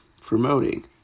promoting